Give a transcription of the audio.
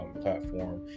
platform